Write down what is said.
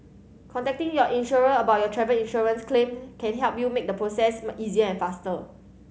contacting your insurer about your travel insurance claim can help you make the process easier and faster